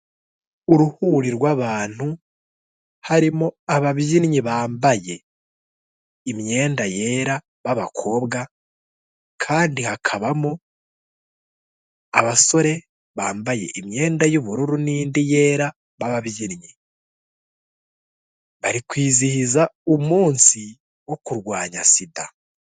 Uruhuri rw'abantu harimo ababyinnyi bambaye imyenda yera b'akobwa, kandi hakabamo abasore bambaye imyenda y'ubururu n'indi yera b'ababyinnyi. Bari kwizihiza umunsi wo kurwanya SIDA.